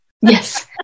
Yes